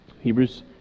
Hebrews